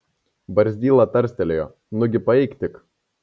barzdyla tarstelėjo nugi paeik tik